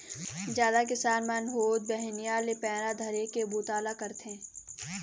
जादा किसान मन होत बिहनिया ले पैरा धरे के बूता ल करथे